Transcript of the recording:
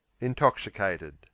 Intoxicated